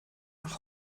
nach